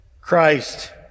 Christ